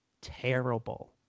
terrible